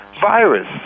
Virus